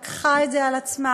שלקחה את זה על עצמה.